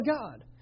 God